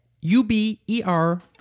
U-B-E-R